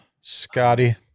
Scotty